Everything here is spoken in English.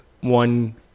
one